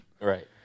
right